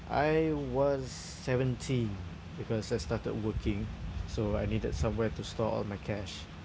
I was seventeen because I started working so I needed somewhere to store all my cash